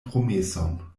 promeson